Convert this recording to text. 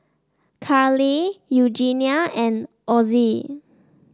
Karley Eugenia and Ozzie